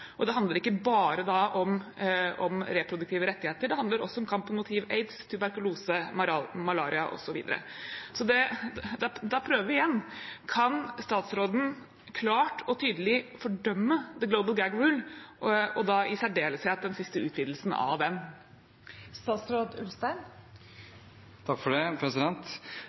Det handler ikke bare om reproduktive rettigheter, det handler også om kampen mot hiv/aids, tuberkulose, malaria, osv. Så da prøver vi igjen: Kan statsråden klart og tydelig fordømme «the global gag rule», og da i særdeleshet den siste utvidelsen av den? Det er jo slik at regjeringen har arbeidet veldig bredt og hardt for